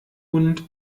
und